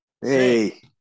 hey